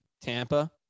Tampa